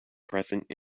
present